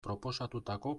proposatutako